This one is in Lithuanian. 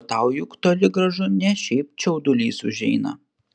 o tau juk toli gražu ne šiaip čiaudulys užeina